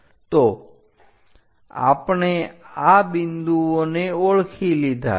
તો આપણે આ બિંદુઓને ઓળખી લીધા છે